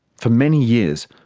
for many years,